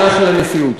הנשיאות.